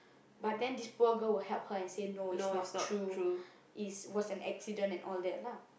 but then this poor girl will help her and say no it's not true it was an accident and all that lah